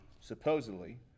supposedly